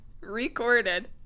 recorded